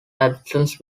absence